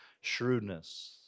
shrewdness